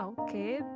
okay